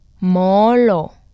Molo